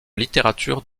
littérature